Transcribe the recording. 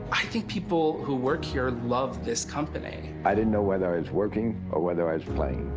i think people who work here love this company. i didn't know whether i was working or whether i was playing,